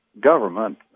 government